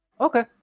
okay